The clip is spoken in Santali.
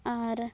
ᱟᱨ